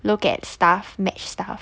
look at stuff match stuff